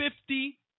fifty